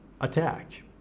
attack